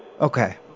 Okay